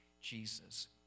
Jesus